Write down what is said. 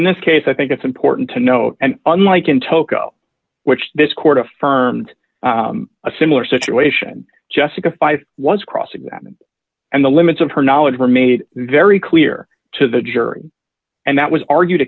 in this case i think it's important to note and unlike in tokyo which this court affirmed a similar situation jessica five was cross examined and the limits of her knowledge were made very clear to the jury and that was argued